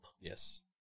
Yes